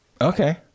Okay